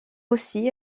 aussi